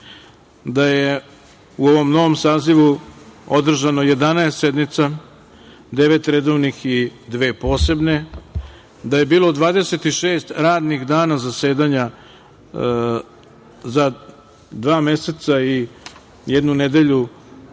da je u ovom novom sazivu održano 11 sednica, devet redovnih i dve posebne, da je bilo 26 radnih dana zasedanja za dva meseca i jednu nedelju,